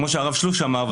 כמו שהרב שלוש אמר,